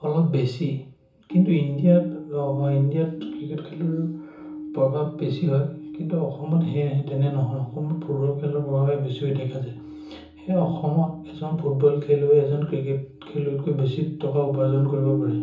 অলপ বেছি কিন্তু ইণ্ডিয়াত ইণ্ডিয়াত ক্ৰিকেট খেলটোৰ প্ৰভাৱ বেছি হয় কিন্তু অসমত সেই তেনে নহয় অসমত ফুটবল খেলৰ প্ৰভাৱহে বেছি হোৱা দেখা যায় সেয়ে অসমত এজন ফুটবল খেলুৱৈ এজন ক্ৰিকেট খেলুৱৈতকৈ বেছি টকা উপাৰ্জন কৰিব পাৰে